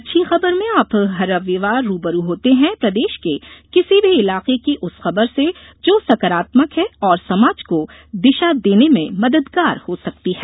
अच्छी खबर में आप हर रविवार रूबरू होते हैं प्रदेश के किसी भी इलाके की उस खबर से जो सकारात्मक है और समाज को दिशा देने में मददगार हो सकती है